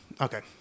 Okay